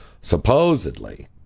supposedly